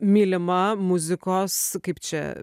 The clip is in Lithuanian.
mylima muzikos kaip čia